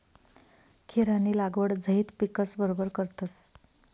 खीरानी लागवड झैद पिकस बरोबर करतस